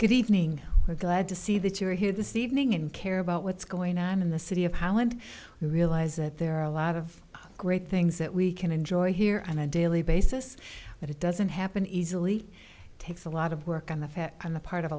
good evening we're glad to see that you're here this evening and care about what's going on in the city of holland we realize that there are a lot of great things that we can enjoy here on a daily basis but it doesn't happen easily takes a lot of work on the fire on the part of a